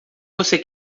você